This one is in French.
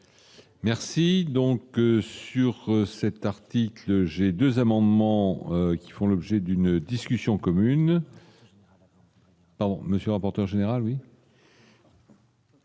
Merci donc sur cet article, j'ai 2 amendements qui font l'objet d'une discussion commune.